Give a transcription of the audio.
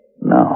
No